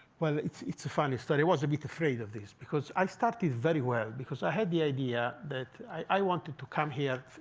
well, it's it's a funny story. i was a bit afraid of this. because i started very well. because i had the idea that i wanted to come here